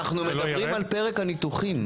אנחנו מדברים על פרק הניתוחים.